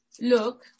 Look